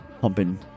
pumping